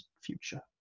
future